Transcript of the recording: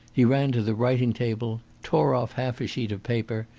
he ran to the writing-table, tore off half a sheet of paper,